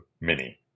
Mini